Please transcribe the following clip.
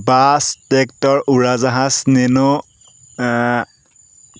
bus tractor উৰা জাহাজ নেন'